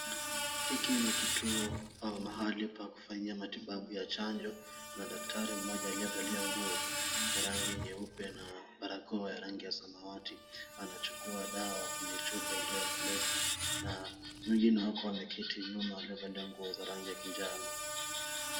Hiki ni kiuto au mahali pa kufanyia matibabu ya chanjo na daktari mmoja aliyevalia nguo ya rangi nyeupe na barakoa ya rangi ya samawati. Anachukua dawa kwenye chupa iliyo ya glesi na mwingine wako ameketi nyuma amevalia nguo za rangi ya kinjano.